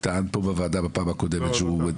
טען פה בוועדה בפעם הקודמת שהוא --- לא.